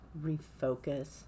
refocus